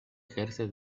ejerce